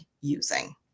using